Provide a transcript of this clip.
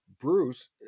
Bruce